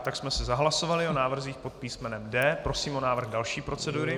Tak jsme si zahlasovali o návrzích pod písmenem D. Prosím o návrh další procedury.